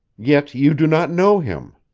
yet you do not know him.